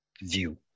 view